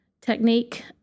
technique